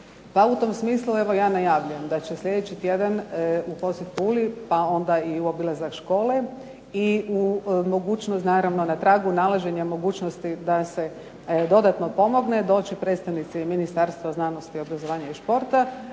Pa u tom smislu evo ja najavljujem, da će sljedeći tjedan u posjet Puli, pa onda i u obilazak škole i uz mogućnost naravno na tragu nalaženja mogućnosti da se dodatno pomogne, doći predstavnici Ministarstva znanosti, obrazovanja i športa,